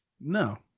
No